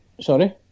sorry